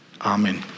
Amen